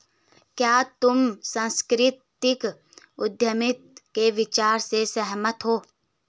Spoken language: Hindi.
क्या तुम सांस्कृतिक उद्यमिता के विचार से सहमत हो?